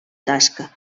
tasca